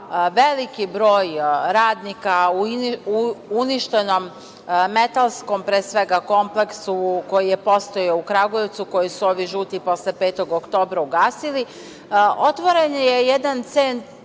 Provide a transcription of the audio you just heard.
veliki broj radnika u uništenom metalskom, pre svega, kompleksu koji je postojao u Kragujevcu, a koji su ovi žuti posle 5. oktobra ugasili, otvoren je jedan „c